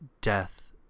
death